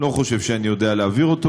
לא חושב שאני יודע להעביר אותו,